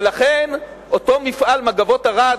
ולכן אותו מפעל "מגבות ערד",